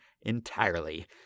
entirely